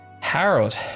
Harold